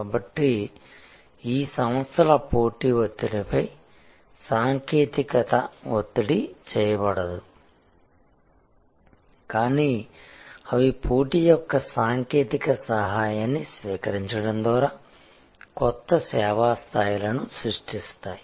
కాబట్టి ఈ సంస్థల పోటీ ఒత్తిడిపై సాంకేతికత ఒత్తిడి చేయబడదు కానీ అవి పోటీ యొక్క సాంకేతిక సహాయాన్ని స్వీకరించడం ద్వారా కొత్త సేవా స్థాయిలను సృష్టిస్తాయి